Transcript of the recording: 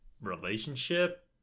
relationship